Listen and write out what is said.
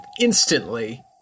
instantly